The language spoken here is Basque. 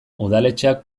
udaletxeak